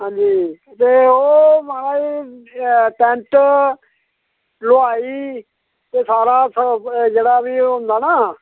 हां जी ते ओह् महाराज टैंट ते हलवाई ते सारा जेह्ड़ा बी होंदा ना